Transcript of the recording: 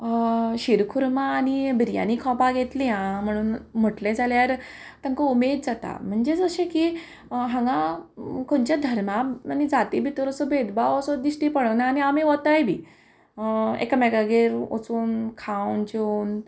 शिरखुर्मा आनी बिर्याणी खावपाक येतली आं म्हणून म्हटलें जाल्यार तेंकां उमेद जाता म्हणजे अशें की हांगा खंयच्या धर्मा आनी जाती भितर असो भेदभाव असो दिश्टी पडना आनी आमी वताय बी एकामेकागेर वचून खावन जेवन